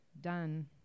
done